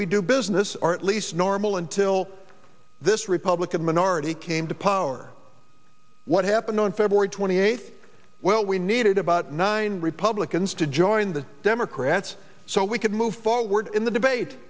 we do business or at least normal until this republican minority came to power what happened on february twenty eighth well we needed about nine republicans to join the democrats so we could move forward in the debate